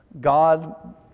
God